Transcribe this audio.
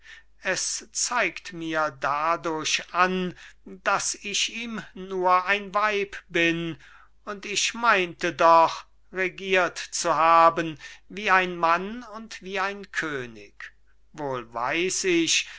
es zeigt mir dadurch an daß ich ihm nur ein weib bin und ich meinte doch regiert zu haben wie ein mann und wie ein könig wohl weiß ich